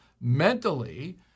mentally